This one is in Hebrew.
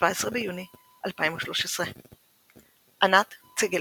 17 ביוני 2013 ענת ציגלמן,